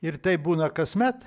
ir taip būna kasmet